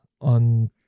on